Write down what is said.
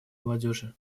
молодежи